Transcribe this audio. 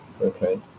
okay